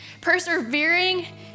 Persevering